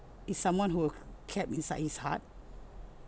is someone who kept inside his heart